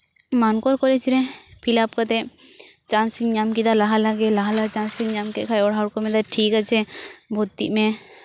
ᱢᱟᱱᱠᱚᱲ college ᱨᱮ ᱯᱷᱤᱞᱟᱯ ᱠᱟᱛᱮᱫ ᱪᱟᱱᱥᱤᱧ ᱧᱟᱢ ᱠᱮᱫᱟ ᱞᱟᱦᱟ ᱞᱟᱦᱟ ᱜᱮ ᱞᱟᱦᱟ ᱞᱟᱦᱟ ᱪᱟᱱᱥᱤᱧ ᱧᱟᱢ ᱠᱮᱫ ᱠᱷᱟᱱ ᱚᱲᱟᱜ ᱦᱚᱲᱠᱚ ᱢᱮᱱᱫᱟ ᱴᱷᱤᱠ ᱟᱪᱷᱮ ᱵᱷᱚᱛᱴᱤᱜ ᱢᱮ